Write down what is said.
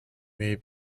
may